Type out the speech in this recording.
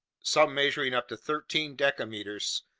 some measuring up to thirteen decimeters,